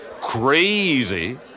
crazy